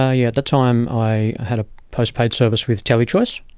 ah yeah at the time i had a postpaid service with telechoice.